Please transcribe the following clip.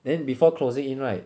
then before closing in right